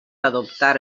adoptar